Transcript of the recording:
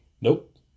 Nope